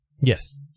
Yes